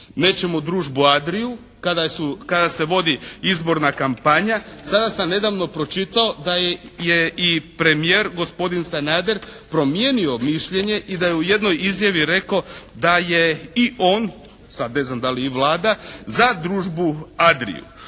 Nećemo "Družbu Adriju" kada se vodi izborna kampanja. Sada sam nedavno pročitao da je i premijer gospodin Sanader promijenio mišljenje i da je u jednoj izjavi rekao da je i on, sada ne znam da li i Vlada, za "Družbu Adriju".